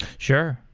sure.